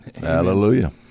Hallelujah